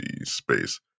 space